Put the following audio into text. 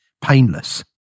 painless